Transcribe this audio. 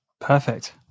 Perfect